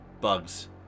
bugs